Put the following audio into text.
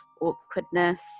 awkwardness